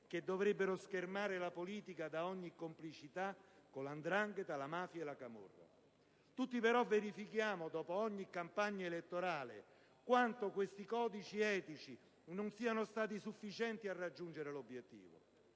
che dovrebbero schermare la politica da ogni complicità con la 'ndrangheta, la mafia e la camorra. Tutti però verifichiamo, dopo ogni campagna elettorale, quanto questi codici etici non siano stati sufficienti a raggiungere l'obiettivo.